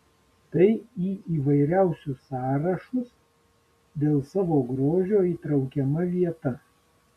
tai į įvairiausius sąrašus dėl savo grožio įtraukiama vieta